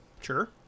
Sure